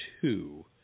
two